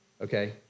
okay